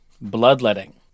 Bloodletting